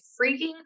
freaking